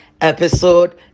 episode